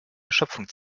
erschöpfung